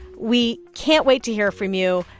we can't wait to hear from you.